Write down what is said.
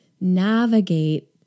navigate